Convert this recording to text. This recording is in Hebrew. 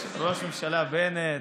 ראש הממשלה בנט.